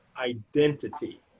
identity